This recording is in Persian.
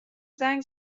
زنگ